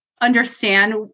understand